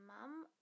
mum